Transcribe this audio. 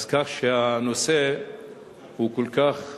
כך שהנושא הוא כל כך חשוב,